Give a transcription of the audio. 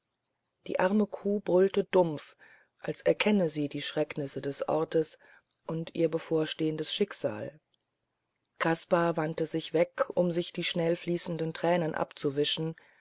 die arme kuh brüllte dumpf als erkenne sie die schrecknisse des ortes und ihr bevorstehendes schicksal kaspar wandte sich weg um sich die schnellfließenden tränen abzuwischen